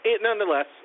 nonetheless